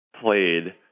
played